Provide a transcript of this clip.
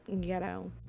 ghetto